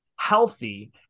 healthy